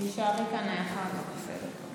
תישארי כאן לאחר כך, בסדר.